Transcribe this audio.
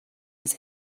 his